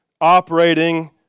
operating